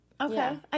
Okay